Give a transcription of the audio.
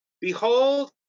Behold